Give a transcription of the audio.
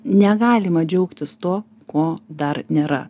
negalima džiaugtis tuo ko dar nėra